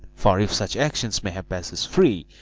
for if such actions may have passage free,